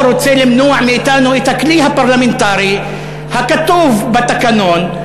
או רוצה למנוע מאתנו את הכלי הפרלמנטרי הכתוב בתקנון,